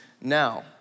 now